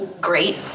great